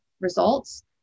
results